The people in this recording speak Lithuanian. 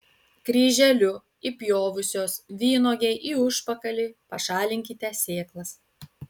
kryželiu įpjovusios vynuogei į užpakalį pašalinkite sėklas